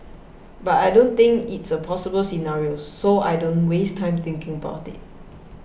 but I don't think it's a possible scenario so I don't waste time thinking about it